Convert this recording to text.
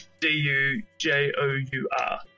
D-U-J-O-U-R